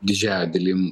didžiąja dalim